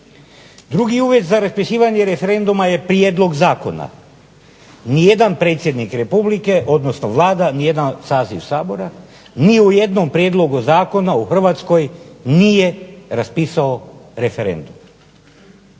Drugi uvjet za raspisivanje referenduma je prijedlog zakona. Nijedan predsjednik Republike odnosno Vlada, nijedan saziv Sabora ni u jednom prijedlogu zakona u Hrvatskoj nije raspisao referendum.